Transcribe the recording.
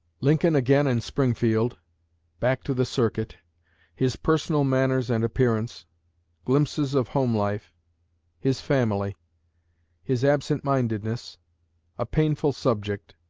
lincoln again in springfield back to the circuit his personal manners and appearance glimpses of home-life his family his absent-mindedness a painful subject